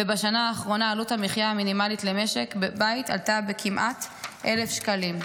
ובשנה האחרונה עלות המחיה המינימלית למשק בית עלתה כמעט ב-1,000 שקלים,